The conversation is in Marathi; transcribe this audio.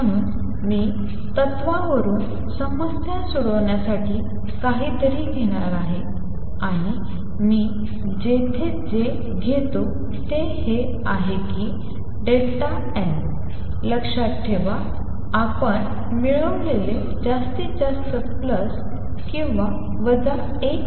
म्हणून मी तत्त्वावरून समस्या सोडवण्यासाठी काहीतरी घेणार आहे आणि मी येथे जे घेतो ते हे आहे की n लक्षात ठेवा आपण मिळवलेले जास्तीत जास्त प्लस किंवा वजा 1